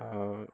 आओर